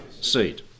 seat